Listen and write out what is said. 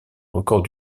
record